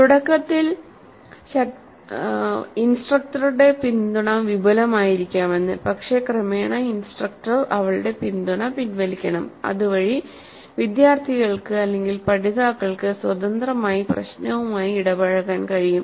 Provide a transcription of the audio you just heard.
തുടക്കത്തിൽ ഇൻസ്ട്രക്ടറുടെ പിന്തുണ വിപുലമായിരിക്കാമെന്ന് പക്ഷേ ക്രമേണ ഇൻസ്ട്രക്ടർ അവളുടെ പിന്തുണ പിൻവലിക്കണം അതുവഴി വിദ്യാർത്ഥികൾക്ക് പഠിതാക്കൾക്ക് സ്വതന്ത്രമായി പ്രശ്നവുമായി ഇടപഴകാൻ കഴിയും